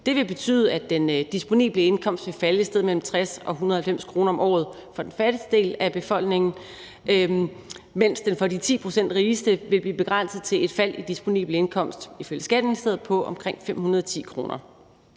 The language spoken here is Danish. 2021 vil betyde, at den disponible indkomst vil falde et sted mellem 60 og 190 kr. om året for den fattigste del af befolkningen, mens den, ifølge Skatteministeriet, for de 10 pct. rigeste vil blive begrænset til et fald i den disponible indkomst på omkring 510 kr.